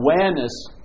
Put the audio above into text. awareness